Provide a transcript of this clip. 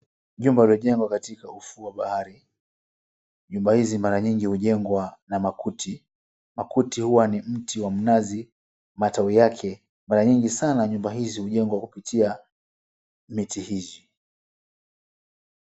Jumba lililojengwa katika ufuo wa bahari. Nyumba hizi mara nyingi hujengwa na makuti. Makuti huwa ni mti wa mnazi matawi yake. Mara nyingi sana nyumba hizi hujengwa kupitia miti hizi.